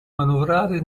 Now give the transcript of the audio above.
manovrare